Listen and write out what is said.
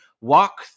walk